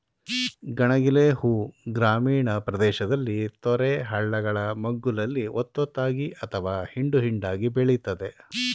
ಗಣಗಿಲೆ ಹೂ ಗ್ರಾಮೀಣ ಪ್ರದೇಶದಲ್ಲಿ ತೊರೆ ಹಳ್ಳಗಳ ಮಗ್ಗುಲಲ್ಲಿ ಒತ್ತೊತ್ತಾಗಿ ಅಥವಾ ಹಿಂಡು ಹಿಂಡಾಗಿ ಬೆಳಿತದೆ